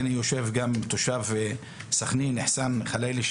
יושב כאן גם תושב סכנין, אחסאן חלאילה.